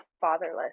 fatherless